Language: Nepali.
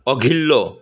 अघिल्लो